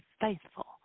faithful